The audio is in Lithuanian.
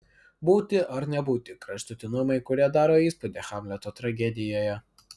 būti ar nebūti kraštutinumai kurie daro įspūdį hamleto tragedijoje